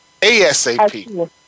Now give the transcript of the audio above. ASAP